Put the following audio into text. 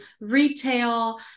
retail